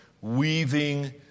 weaving